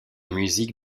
musique